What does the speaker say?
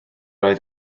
oedd